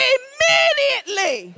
Immediately